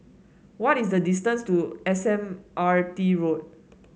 what is the distance to S M R T Road